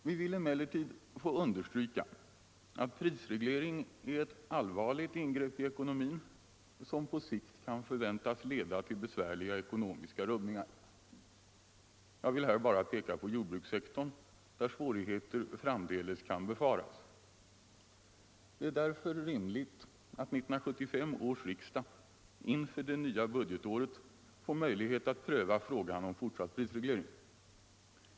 Vi vill emellertid understryka att prisreglering är ett allvarligt ingrepp i ekonomin, som på sikt kan förväntas leda till besvärliga ekonomiska rubbningar. Jag vill här bara peka på jordbrukssektorn där svårigheter framdeles kan befaras. Det är därför rimligt att 1975 års riksdag inför det nya budgetåret får möjlighet att pröva frågan om fortsatt prisreglering.